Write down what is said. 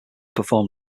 perform